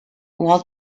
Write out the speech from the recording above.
while